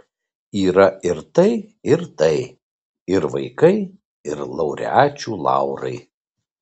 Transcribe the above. yra ir tai ir tai ir vaikai ir laureačių laurai